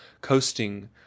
coasting